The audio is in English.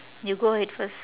you go ahead first